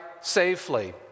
safely